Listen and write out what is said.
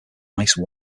ice